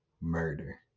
murder